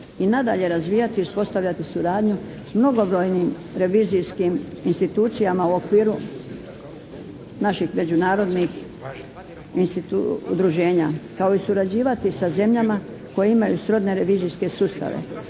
i nadalje razvijati i uspostavljati suradnju s mnogobrojnim revizijskim institucijama u okviru naših međunarodnih udruženja, kao i surađivati sa zemljama koje imaju srodne revizijske sustave.